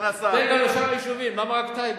תן גם לשאר היישובים, למה רק טייבה?